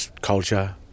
culture